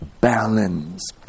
balance